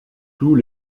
tous